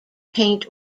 paint